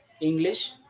English